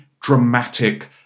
dramatic